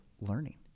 learning